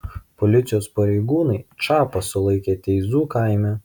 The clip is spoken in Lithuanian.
policijos pareigūnai čapą sulaikė teizų kaime